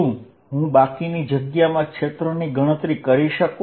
શું હું બાકીની જગ્યામાં ક્ષેત્રની ગણતરી કરી શકું